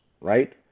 right